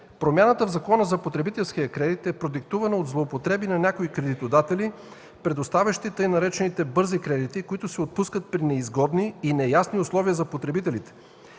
Промяната в Закона за потребителския кредит е продиктувана от злоупотреби на някои кредитодатели, предоставящи така наречените „бързи кредити”, които се отпускат при неизгодни и неясни условия за потребителите.